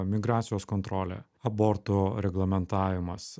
migracijos kontrolė aborto reglamentavimas